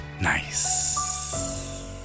nice